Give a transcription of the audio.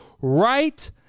right